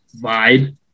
vibe